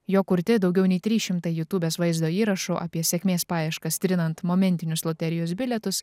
jo kurti daugiau nei trys šimtai jutūbės vaizdo įrašų apie sėkmės paieškas trinant momentinius loterijos bilietus